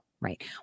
right